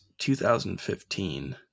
2015